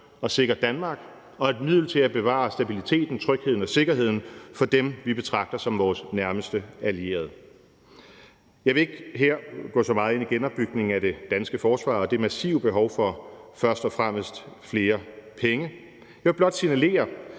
og sikkert Danmark og et middel til at bevare stabiliteten, trygheden og sikkerheden for dem, vi betragter som vores nærmeste allierede. Kl. 14:45 Jeg vil ikke her gå så meget ind i genopbygningen af det danske forsvar og det massive behov for først og fremmest flere penge. Jeg vil blot signalere,